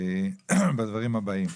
אז אני רוצה לסכם את הדיון הזה בדברים הבאים: